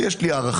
ויש לי הערכה,